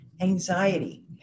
anxiety